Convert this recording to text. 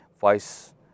Vice